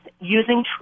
using